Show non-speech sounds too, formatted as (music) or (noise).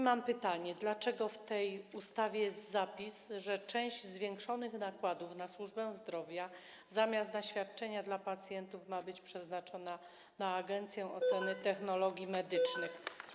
Mam pytanie: Dlaczego w tej ustawie jest zapis, że część zwiększonych nakładów na służbę zdrowia zamiast na świadczenia dla pacjentów ma być przeznaczona na agencję oceny (noise) technologii medycznych?